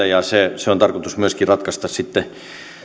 ja se se on tarkoitus myöskin ratkaista sitten